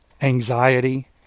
anxiety